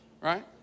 right